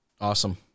awesome